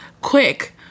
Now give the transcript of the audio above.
Quick